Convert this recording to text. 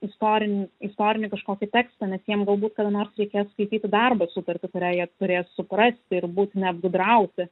istorinį istorinį kažkokį tekstą nes jiem galbūt kada nors reikės skaityti darbo sutartį kurią jie turės suprasti ir būti neapgudrauti